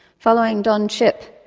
following don chipp,